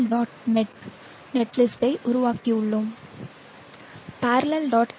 net net list உருவாக்கியுள்ளோம் parallel